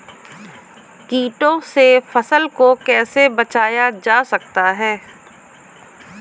कीटों से फसल को कैसे बचाया जा सकता है?